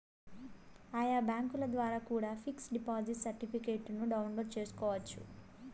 ఆయా బ్యాంకుల ద్వారా కూడా పిక్స్ డిపాజిట్ సర్టిఫికెట్ను డౌన్లోడ్ చేసుకోవచ్చు